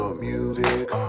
music